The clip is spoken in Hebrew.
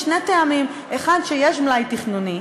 משני טעמים: 1. יש מלאי תכנוני,